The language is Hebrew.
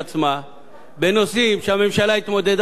בנושאים שהממשלה התמודדה אתם בכובד ראש,